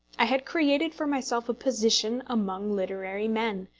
i had created for myself a position among literary men,